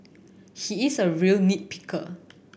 he is a real nit picker